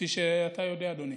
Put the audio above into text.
האיומים של ההסכם הקואליציוני אולי?